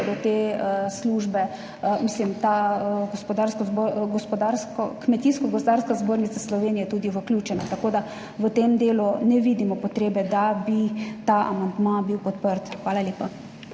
gospodarsko, kmetijsko gozdarska zbornica Slovenije tudi vključena. Tako da v tem delu ne vidimo potrebe, da bi ta amandma bil podprt. Hvala lepa.